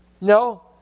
no